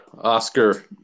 Oscar